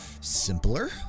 simpler